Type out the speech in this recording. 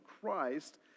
Christ